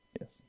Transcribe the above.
yes